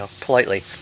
politely